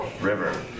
River